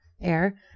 air